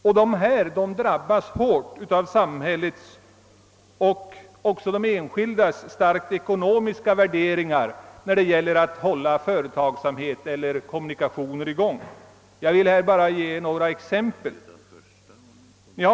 Dessa åldringar drabbas hårt av samhällets och också de enskildas starkt ekonomiska värderingar när det gäller att hålla företagsamhet och kommunikationer i gång. Jag vill här bara ge några exempel.